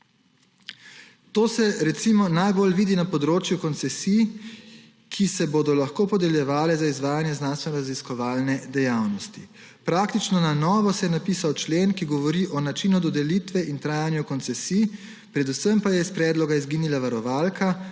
To se, recimo, najbolj vidi na področju koncesij, ki se bodo lahko podeljevale za izvajanje znanstvenoraziskovalne dejavnosti. Praktično na novo se je napisal člen, ki govori o načinu dodelitve in trajanju koncesij, predvsem pa je iz predloga izginila varovalka,